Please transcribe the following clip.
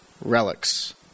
relics